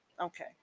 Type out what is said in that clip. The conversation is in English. Okay